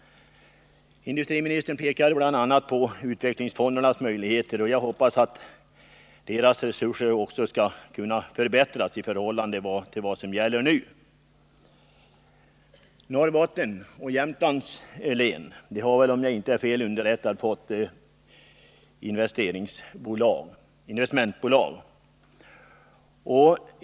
Industriministern pekar bl.a. på utvecklingsfondernas möjligheter. Jag hoppas att deras resurser skall kunna förbättras i förhållande till vad som gäller nu. Norrbottens och Jämtlands län har, om jag inte är fel underrättad, fått investmentbolag.